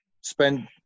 spend